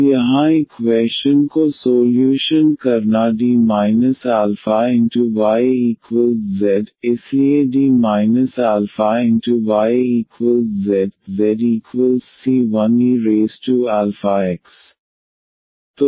अब यहाँ इक्वैशन को सोल्यूशन करना D αyz इसलिए D αyz zc1eαx